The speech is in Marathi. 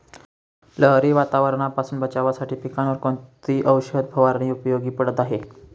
लहरी वातावरणापासून बचावासाठी पिकांवर कोणती औषध फवारणी उपयोगी पडत आहे?